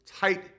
Tight